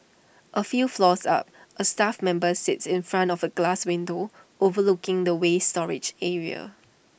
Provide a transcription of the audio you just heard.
A few floors up A staff member sits in front of A glass window overlooking the waste storage area